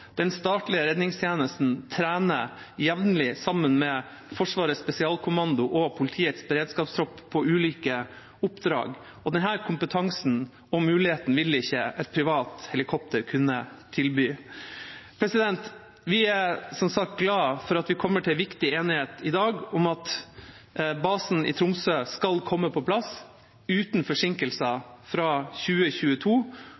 Den statlige redningstjenesten trener jevnlig sammen med Forsvarets spesialkommando og politiets beredskapstropp på ulike oppdrag. Denne kompetansen og muligheten vil ikke et privat helikopter kunne tilby. Vi er som sagt glade for at vi i dag kommer til en viktig enighet om at basen i Tromsø skal komme på plass fra 2022, uten